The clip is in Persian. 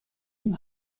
این